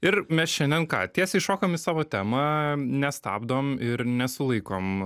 ir mes šiandien ką tiesiai šokam į savo temą nestabdom ir nesulaikom